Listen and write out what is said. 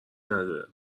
نداره